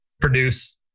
produce